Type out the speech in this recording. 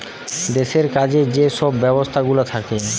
দেশের কাজে যে সব ব্যবস্থাগুলা থাকে